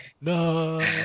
No